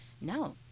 no